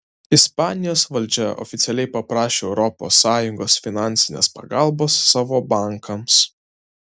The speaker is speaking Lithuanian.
ispanijos valdžia oficialiai paprašė europos sąjungos finansinės pagalbos savo bankams